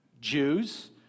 Jews